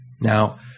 Now